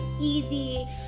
easy